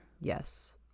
Yes